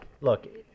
look